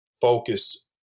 focus